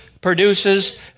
produces